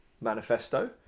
manifesto